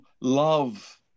love